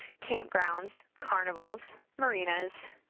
campgrounds, carnivals, marinas,